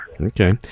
Okay